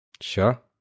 Sure